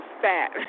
fat